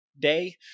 day